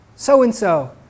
So-and-so